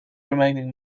remaining